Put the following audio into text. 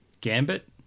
Gambit